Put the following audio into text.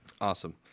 Awesome